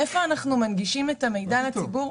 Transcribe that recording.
איפה אנחנו מנגישים את המידע לציבור?